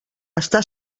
està